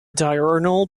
diurnal